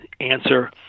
answer